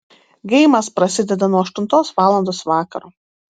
geimas prasideda nuo aštuntos valandos vakaro